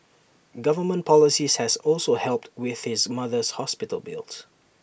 government policies has also helped with his mother's hospital bills